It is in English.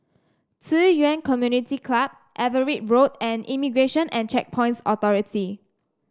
Ci Yuan Community Club Everitt Road and Immigration and Checkpoints Authority